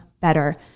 better